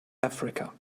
africa